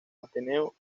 ateneo